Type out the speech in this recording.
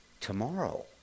tomorrow